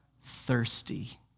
thirsty